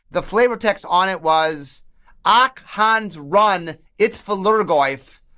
the flavor text on it was ah ach. hans, run. it's the lhurgoyf.